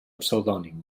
pseudònim